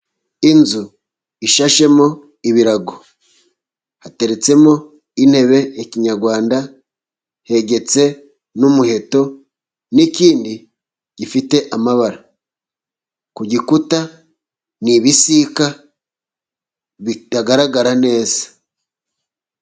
Inzu ishashemo ibirago, hateretsemo intebe ya kinyarwanda, hegetse n'umuheto n'ikindi gifite amabara. Ku gikuta, ni ibisika bitagaragara neza.